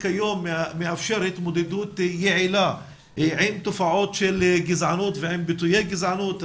כיום מאפשר התמודדות יעילה עם תופעות של גזענות ועם ביטויי גזענות.